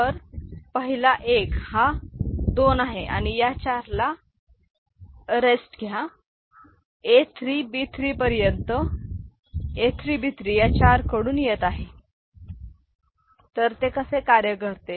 तर पहिला एक हा दोन आहे आणि या चारला विश्रांती घ्या A 3 B3 पर्यंत A3 B3 या चारकडून येत आहे ठीक आहे तर ते कसे कार्य करते